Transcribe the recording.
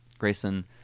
Grayson